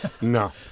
no